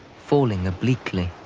falling obliquely.